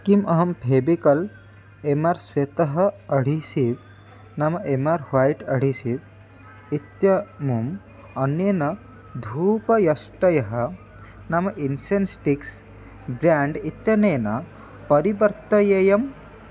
किम् अहं Fevicol M R श्वेतः अढिसीव् नाम एम् आर् ह्वैट् अढीसीव् इत्यमुम् अन्येन धूपयष्टयः नाम इन्सेन्स् स्टिक्स् ब्राण्ड् इत्यनेन परिवर्तयेयम्